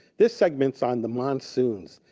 this segment is on the monsoons.